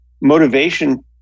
Motivation